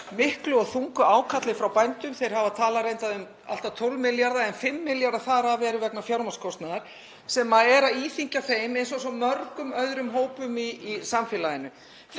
mikið og þungt ákall frá bændum. Þeir hafa talað reyndar um allt að 12 milljarða en 5 milljarðar þar af eru vegna fjármagnskostnaðar sem er að íþyngja þeim eins og svo mörgum öðrum hópum í samfélaginu.